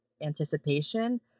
anticipation